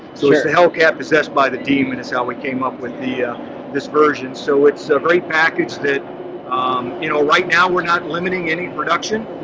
so it's the hellcat possessed by the demon is how we came up with the this version. so it's a great package that you know right now we're not limiting any production,